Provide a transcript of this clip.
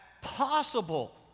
possible